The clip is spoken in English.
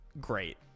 great